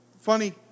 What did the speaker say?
funny